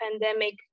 pandemic